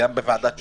גם בוועדת שחרורים,